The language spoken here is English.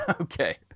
Okay